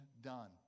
done